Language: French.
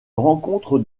rencontre